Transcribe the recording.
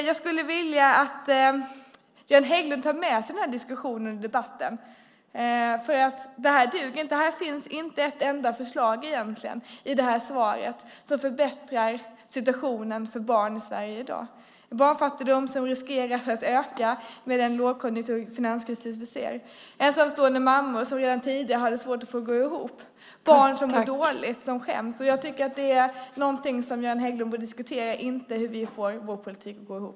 Jag skulle vilja att Göran Hägglund tar med sig den här diskussionen och debatten, för det här duger inte. Det finns egentligen inte ett enda förslag i det här svaret som förbättrar situationen för barn i Sverige i dag där barnfattigdomen riskerar att öka med den lågkonjunktur och den finanskris vi ser. Ensamstående mammor hade redan tidigare svårt att få det att gå ihop. Barn mår dåligt och skäms. Jag tycker att det är någonting som Göran Hägglund borde diskutera och inte hur vi får vår politik att gå ihop.